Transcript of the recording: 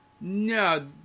No